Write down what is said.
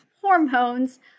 hormones